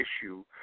issue